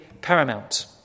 paramount